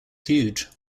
huge